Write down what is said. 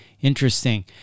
interesting